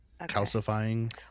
Calcifying